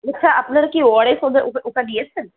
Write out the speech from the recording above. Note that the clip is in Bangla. আচ্ছা আপনারা কি ওআরএস ওটা দিয়েছেন